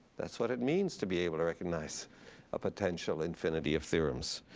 that's what it means to be able to recognize a potential infinity of theorems.